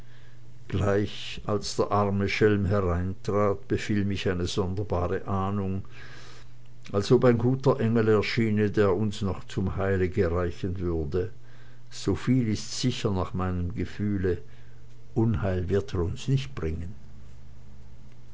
gleich als der arme schelm hereintrat befiel mich eine sonderbare ahnung als ob ein guter engel erschiene der uns noch zum heil gereichen würde soviel ist sicher nach meinem gefühle unheil wird er uns nicht bringen